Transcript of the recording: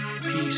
Peace